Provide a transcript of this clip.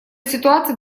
ситуация